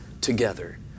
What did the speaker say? together